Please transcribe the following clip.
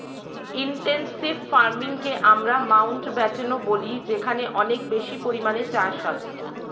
intensive ফার্মিংকে আমরা মাউন্টব্যাটেনও বলি যেখানে অনেক বেশি পরিমাণে চাষ হয়